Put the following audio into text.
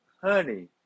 honey